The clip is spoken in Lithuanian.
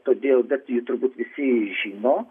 todėl bet jį turbūt visi žino